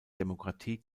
demokratie